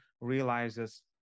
realizes